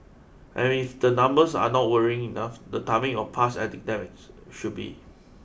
and if the numbers are not worrying enough the timing of past epidemics should be